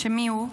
מיהו?